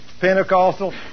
Pentecostal